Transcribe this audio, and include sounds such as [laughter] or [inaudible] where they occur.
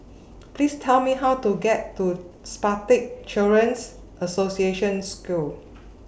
[noise] Please Tell Me How to get to Spastic Children's Association School